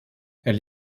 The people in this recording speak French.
elle